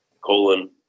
colon